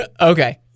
Okay